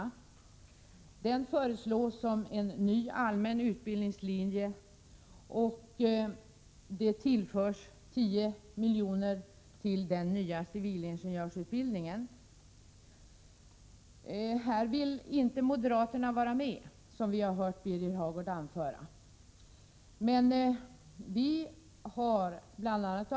Denna civilingenjörsutbildning föreslås som en ny allmän utbildningslinje och tillförs 10 miljoner. Moderaterna vill inte vara med, som vi hört Birger Hagård anföra. Men vi harbl.a.